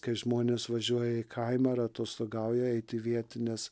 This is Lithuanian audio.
kai žmonės važiuoja į kaimą ar atostogauja eiti vietines